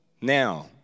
Now